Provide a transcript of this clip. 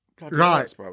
Right